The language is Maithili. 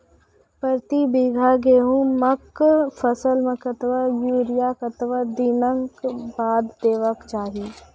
प्रति बीघा गेहूँमक फसल मे कतबा यूरिया कतवा दिनऽक बाद देवाक चाही?